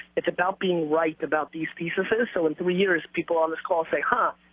it's about being right about these pieces, so in three years people on this call say, huh.